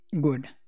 good